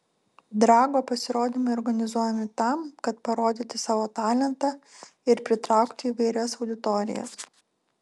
drago pasirodymai organizuojami tam kad parodyti savo talentą ir pritraukti įvairias auditorijas